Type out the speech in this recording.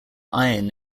iron